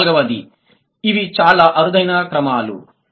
మరియు నాల్గవది ఇవి చాలా అరుదైన క్రమాలు